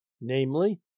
namely